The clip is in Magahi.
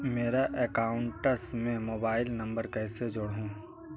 मेरा अकाउंटस में मोबाईल नम्बर कैसे जुड़उ?